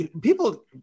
people